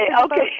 Okay